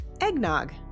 eggnog